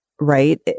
right